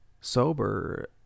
sober